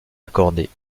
accorder